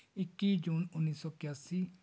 ਇੱਕੀ ਜੂਨ ਉੱਨੀ ਸੌ ਇਕਿਆਸੀ